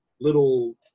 little